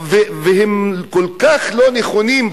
והם כל כך לא נכונים,